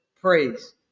praise